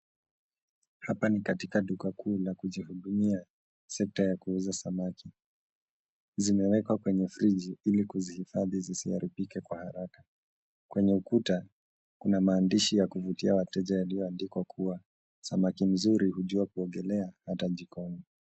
Hapa ni katika duka kuu la kujihudumia, kwenye sekta ya kuuza samaki. Zimewekwa kwenye firiji ili kuzihifadhi zisiharibike kwa haraka. Kwenye ukuta kuna maandishi ya kuwavutia wateja yaliyoandikwa kuwa; samaki mzuri akijua kuogelea atajigonga.